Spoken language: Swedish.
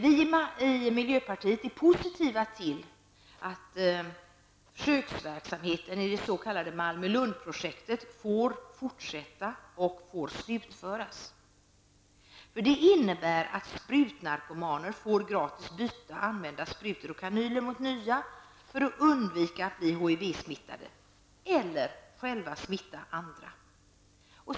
Vi i miljöpartiet är positiva till att försöksverksamheten i det s.k. Malmö--Lundprojektet får fortsätta och slutföras. Det innebär att sprutnarkomaner får gratis byta sprutor och kanyler mot nya för att undvika att bli HIV smittade eller själva smitta andra.